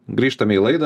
grįžtame į laidą